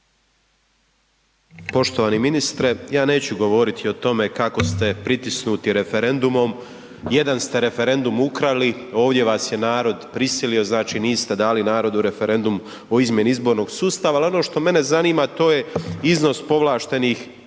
Poštovani ministre, ja neću govoriti o tome kako ste pritisnuti referendumom, jedan ste referendum ukrali, ovdje vas je narod prisilio znači niste dali narodu referendum o izmjeni izbornog sustava, ali ono što mene zanima to je iznos povlaštenih mirovina.